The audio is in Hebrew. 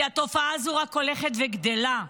כי התופעה הזו רק הולכת וגדלה.